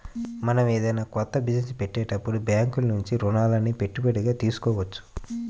మనం ఏదైనా కొత్త బిజినెస్ పెట్టేటప్పుడు బ్యేంకుల నుంచి రుణాలని పెట్టుబడిగా తీసుకోవచ్చు